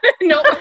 No